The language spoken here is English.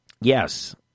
yes